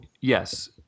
yes